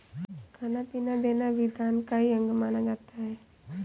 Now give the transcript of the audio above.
खाना पीना देना भी दान का ही अंग माना जाता है